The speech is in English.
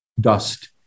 dust